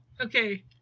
Okay